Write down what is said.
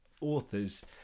authors